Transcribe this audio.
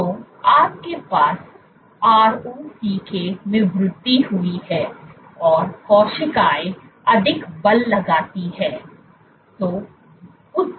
तो आपके पास ROCK में वृद्धि हुई है और कोशिकाएं अधिक बल लगाती हैं